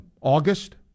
August